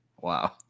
Wow